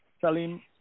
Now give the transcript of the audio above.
Salim